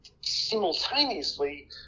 simultaneously